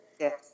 Yes